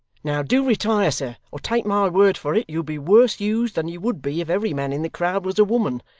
now do retire, sir, or take my word for it you'll be worse used than you would be if every man in the crowd was a woman,